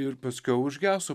ir paskiau užgeso